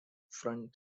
front